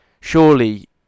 Surely